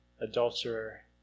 adulterer